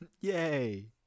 Yay